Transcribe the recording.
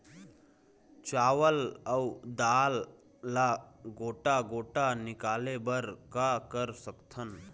चावल अऊ दाल ला गोटा गोटा निकाले बर का कर सकथन?